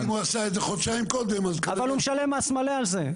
אם הוא עשה את זה חודשיים קודם --- אבל הוא משלם מס מלא על זה.